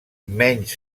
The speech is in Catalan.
menys